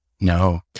No